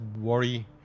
worry